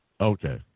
Okay